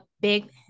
big